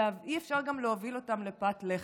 גם אי-אפשר להוביל אותם לפת לחם,